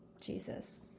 jesus